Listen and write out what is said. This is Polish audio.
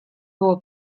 było